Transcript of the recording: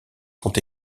sont